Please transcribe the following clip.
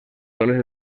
tones